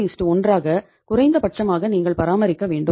331 ஆக குறைந்தபட்சமாக நீங்கள் பராமரிக்க வேண்டும்